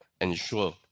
ensure